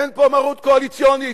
אין פה מרות קואליציונית,